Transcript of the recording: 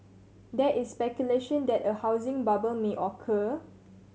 there is speculation that a housing bubble may occur